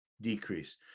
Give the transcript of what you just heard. decrease